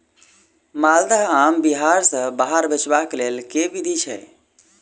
माल्दह आम बिहार सऽ बाहर बेचबाक केँ लेल केँ विधि छैय?